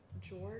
George